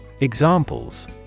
Examples